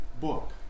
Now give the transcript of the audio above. book